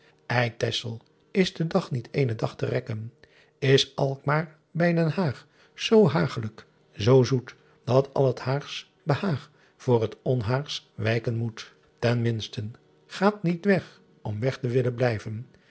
is de dag niet eenen dag te recken s lckmaer by den aegh soo aeghelick soo soet at al het aeghs behaeg voor t onhaeghs wijcken moet en minsten gaet niet wegh om wegh te willen blijven